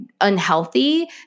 unhealthy